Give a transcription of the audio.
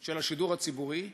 של השידור הציבורי,